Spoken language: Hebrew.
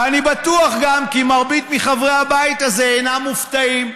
ואני בטוח גם כי מרבית מחברי הבית הזה אינם מופתעים,